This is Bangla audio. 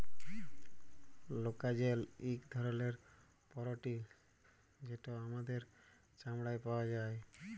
কোলাজেল ইক ধরলের পরটিল যেট আমাদের চামড়ায় পাউয়া যায়